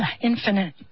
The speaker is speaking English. infinite